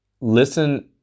listen